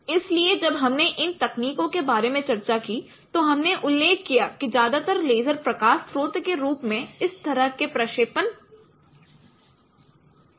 इसलिए जब हमने इन तकनीकों के बारे में चर्चा की तो हमने उल्लेख किया कि ज्यादातर लेज़र प्रकाश स्रोत के रूप में इस तरह के प्रक्षेपण के लिए उपयोग किया जाता है